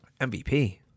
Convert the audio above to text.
MVP